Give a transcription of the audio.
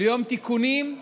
ליום תיקונים,